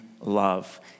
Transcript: love